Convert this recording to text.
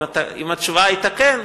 אם התשובה היתה כן,